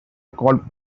called